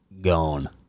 Gone